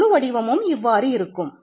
இதன் முழு வடிவமும் இவ்வாறு இருக்கும்